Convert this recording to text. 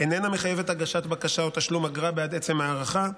ואיננה מחייבת הגשת בקשה או תשלום אגרה בעד עצם ההארכה,